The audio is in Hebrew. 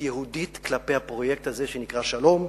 יהודית כלפי הפרויקט הזה שנקרא שלום.